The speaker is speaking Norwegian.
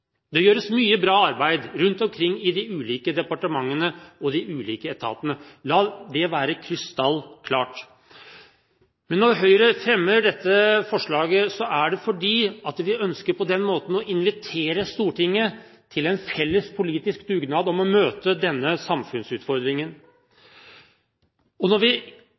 Det gjøres mye bra arbeid rundt omkring i de ulike departementene og i de ulike etatene, la det være krystallklart. Men når Høyre fremmer dette forslaget, er det fordi vi på den måten ønsker å invitere Stortinget til en felles politisk dugnad om å møte denne samfunnsutfordringen. Når vi